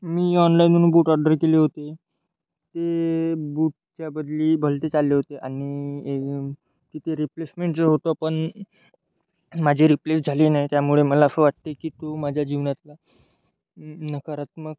मी ऑनलाईनमनून बूट ऑड्डरी केले होते ते बूट त्याबदली भलतेच आल्ले ओते आनि त्याची रिप्लेसमेंट जे होतं पन माजी रिप्लेस झाली नाई त्यामुळे मला असं वाटते की तो माज्या जीवनातला नकारात्मक